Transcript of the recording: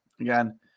Again